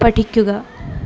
പഠിക്കുക